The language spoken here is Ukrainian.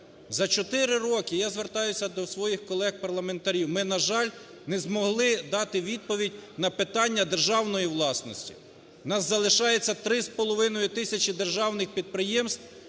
роки, я звертаюся до своїх колег-парламентарів, ми, на жаль, не змогли дати відповідь на питання державної власності. В нас залишається 3,5 тисячі державних підприємств,